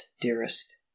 dearest